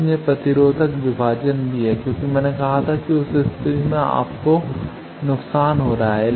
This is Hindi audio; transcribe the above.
इसलिए प्रतिरोधक विभाजन भी है क्योंकि मैंने कहा था कि उस स्थिति में आपको नुकसान हो रहा है